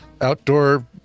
Outdoor